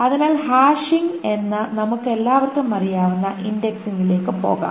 അതിനാൽ ഹാഷിംഗ് എന്ന നമുക്കെല്ലാവർക്കും അറിയാവുന്ന ഇൻഡെക്സിംഗിലേക്ക് പോകാം